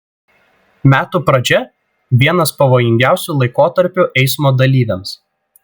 metų pradžia vienas pavojingiausių laikotarpių eismo dalyviams